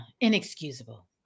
inexcusable